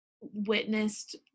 witnessed